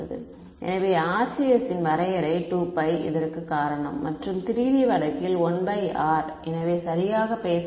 எனவே RCS இன் வரையறை 2π இதற்குக் காரணம் மற்றும் இங்கே 3D வழக்கில் 1r எனவே சரியாக பேச